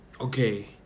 okay